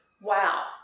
wow